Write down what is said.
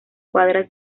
cuadras